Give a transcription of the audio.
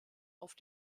auf